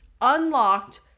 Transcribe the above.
unlocked